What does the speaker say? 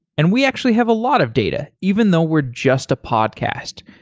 and we actually have a lot of data even though we're just a podcast.